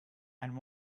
and